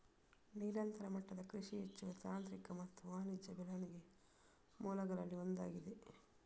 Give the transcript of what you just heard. ನಿರಂತರ ಮಟ್ಟದ ಕೃಷಿ ಹೆಚ್ಚುವರಿ ತಾಂತ್ರಿಕ ಮತ್ತು ವಾಣಿಜ್ಯ ಬೆಳವಣಿಗೆಯ ಮೂಲಗಳಲ್ಲಿ ಒಂದಾಗಿದೆ